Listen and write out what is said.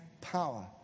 power